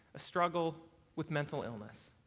a struggle with mental illness.